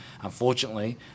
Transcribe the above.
unfortunately